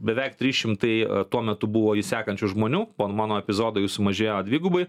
beveik trys šimtai tuo metu buvo jį sekančių žmonių po mano epizodo jis sumažėjo dvigubai